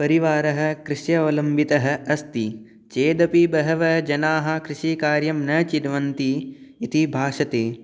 परिवारः कृष्यवलम्बितः अस्ति चेदपि बहवः जनाः कृषिकार्यं न चिन्वन्ति इति भासते